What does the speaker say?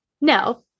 No